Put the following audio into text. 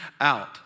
out